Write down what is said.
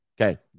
okay